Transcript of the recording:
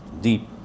deep